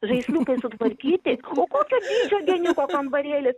žaisliukai sutvarkyti o kokio dydžio geniuko kambarėlis